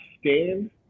stand